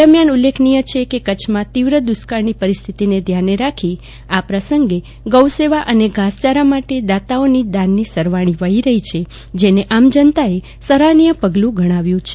દરમ્યાન ઉલ્લેખનીય છે કે કચ્છમાં પ્રવર્તતી તીવ્ર દુષ્કાળની પરિસ્થિતિને ધ્યાને રાખી ગૌસેવા અને ધાસયારા માટે દાતાઓની દાનનની સરવાણી વહાવી છે જેને આમ જનતાએ સરાહનીય પગલુ ગણાવ્યુ છે